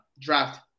draft